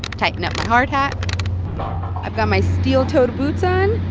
tighten up my hard hat i've got my steel-toed boots on,